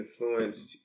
influenced